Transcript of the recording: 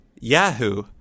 Yahoo